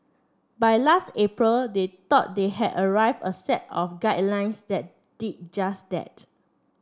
by last April they thought they had arrived a set of guidelines that did just that